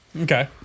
Okay